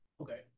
Okay